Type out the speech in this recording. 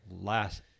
last